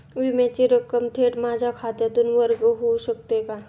विम्याची रक्कम थेट माझ्या खात्यातून वर्ग होऊ शकते का?